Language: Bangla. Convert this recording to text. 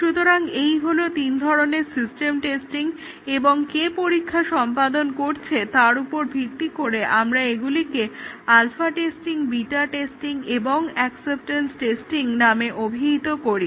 সুতরাং এই হলো তিন ধরনের সিস্টেম টেস্টিং এবং কে পরীক্ষা সম্পাদন করছে তার উপর ভিত্তি করে আমরা এগুলিকে আলফা টেস্টিং বিটা টেস্টিং এবং অ্যাকসেপটেন্স টেস্টিং নামে অভিহিত করি